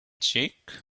check